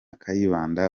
kayibanda